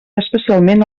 especialment